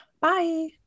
Bye